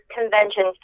conventions